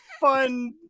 fun